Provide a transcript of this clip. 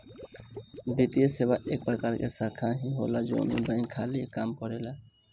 वित्तीये सेवा एक प्रकार के शाखा ही होला जवन बैंक खानी काम करेला